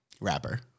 Rapper